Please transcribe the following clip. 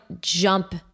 jump